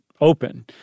open